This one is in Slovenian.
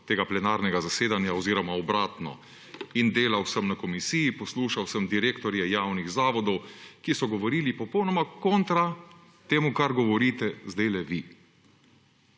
tega plenarnega zasedanja oziroma obratno. Delal sem na komisiji, poslušal sem direktorje javnih zavodov, ki so govorili popolnoma kontra temu, kar govorite zdaj vi.